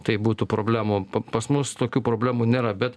tai būtų problemų pas mus tokių problemų nėra bet